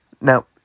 Now